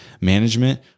management